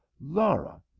Laura